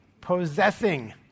possessing